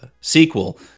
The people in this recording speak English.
sequel